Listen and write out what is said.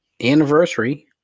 anniversary